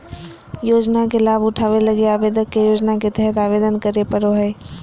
योजना के लाभ उठावे लगी आवेदक के योजना के तहत आवेदन करे पड़ो हइ